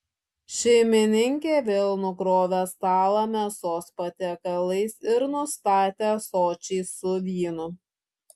šeimininkė vėl nukrovė stalą mėsos patiekalais ir nustatė ąsočiais su vynu